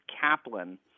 Kaplan